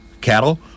cattle